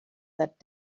that